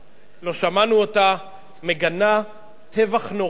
לא שמענו אותה מגנה טבח נוראי,